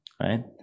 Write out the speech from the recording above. right